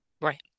right